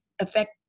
affect